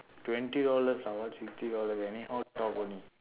twenty dollars lah what fifty dollar anyhow talk only